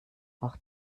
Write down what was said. auch